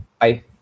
Bye